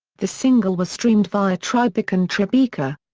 the single was streamed via tribecaon tribeca.